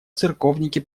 церковники